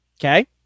Okay